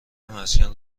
مسکن